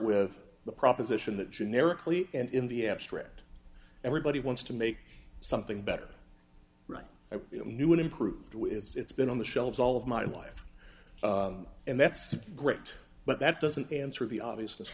with the proposition that generically and in the abstract everybody wants to make something better write a new and improved with it's been on the shelves all of my life and that's great but that doesn't answer the obvious